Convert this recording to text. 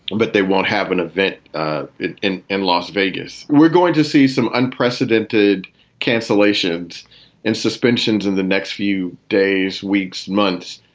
but they won't have an event in in las vegas. we're going to see some unprecedented cancellations and suspensions in the next few days, weeks, months.